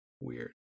weird